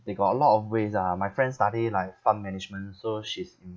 they got a lot of ways ah my friend study like fund management so she's in